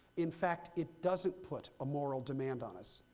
in fact, it doesn't put a moral demand on us,